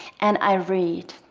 and i read,